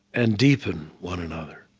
and deepen one another